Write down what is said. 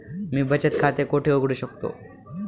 मी बचत खाते कोठे उघडू शकतो?